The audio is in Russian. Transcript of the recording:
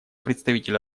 представитель